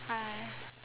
I